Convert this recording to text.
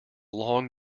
long